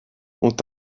ont